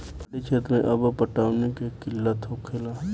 पहाड़ी क्षेत्र मे अब्बो पटौनी के किल्लत होखेला